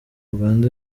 uganda